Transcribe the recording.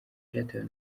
byatewe